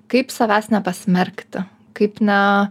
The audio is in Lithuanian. kaip savęs nepasmerkti kaip ne